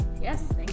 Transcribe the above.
Yes